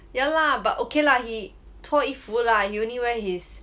yeah lah but okay lah he 脱衣服 lah he only wear his